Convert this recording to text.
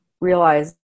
realize